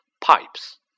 pipes